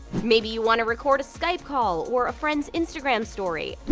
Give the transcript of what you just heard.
maybe you want to record a skype call or a friend's instagram story.